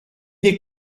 des